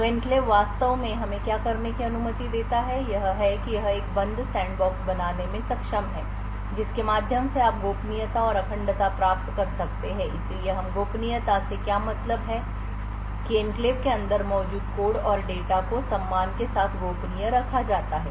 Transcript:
तो एन्क्लेव वास्तव में हमें क्या करने की अनुमति देता है यह है कि यह एक बंद सैंडबॉक्स बनाने में सक्षम है जिसके माध्यम से आप गोपनीयता और अखंडता प्राप्त कर सकते हैं इसलिए हम गोपनीयता से क्या मतलब है कि एन्क्लेव के अंदर मौजूद कोड और डेटा को सम्मान के साथ गोपनीय रखा जाता है